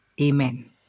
Amen